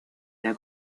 era